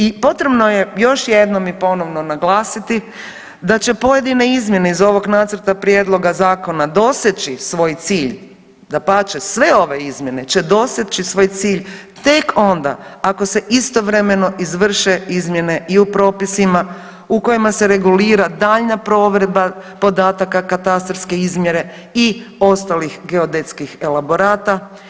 I potrebno je još jednom i ponovno naglasiti da će pojedine izmjene iz ovog nacrta prijedloga zakona doseći svoj cilj, dapače sve ove izmjene će doseći svoj cilj tek onda ako se istovremeno izvrše izmjene i u propisima u kojima se regulira daljnja provedba podataka katastarske izmjere i ostalih geodetskih elaborata.